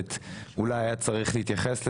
הכנסת אולי היה צריך להתייחס לזה,